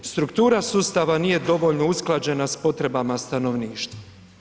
Struktura sustava nije dovoljno usklađena s potrebama stanovništva.